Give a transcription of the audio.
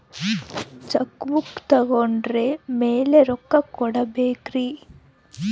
Check book ತೊಗೊಂಡ್ರ ಮ್ಯಾಲೆ ರೊಕ್ಕ ಕೊಡಬೇಕರಿ?